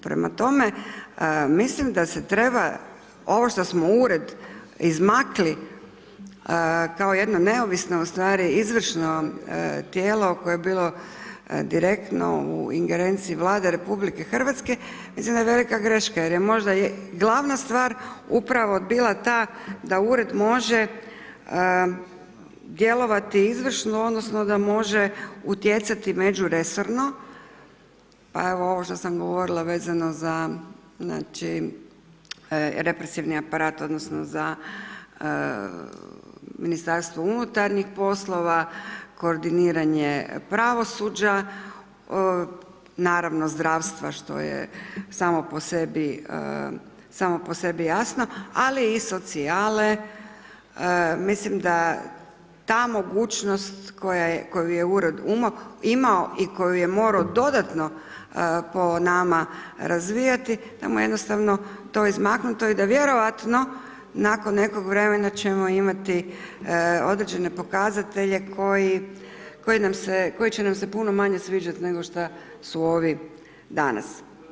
Prema tome, mislim da se treba, ovo što smo ured izmakli, kao jedna neovisno ustvari izvršno tijelo, koje je bilo direktno u ingerenciji Vlade RH, mislim da je velika greška, jer je možda glavna stvar, upravo bila ta da ured može djelovati izvršno, odnosno, da može utjecati međuresorno, pa evo ovo što sam govorila vezano za represivni aparat, odnosno, za Ministarstvo unutarnjih poslova, koordiniranje pravosuđa, naravno zdravstva, što je samo po sebi jasna, ali i socijale, mislim da ta mogućnost, koju je ured imao i koju je morao dodatno po nama razvijati, nama je jednostavno to izmaknuto i da vjerojatno nakon nekog vremena ćemo imati određene pokazatelje koji nam se, koji će nam se puno manje sviđati, nego što su ovi danas.